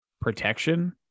protection